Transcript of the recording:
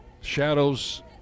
Shadows